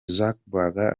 zuckerberg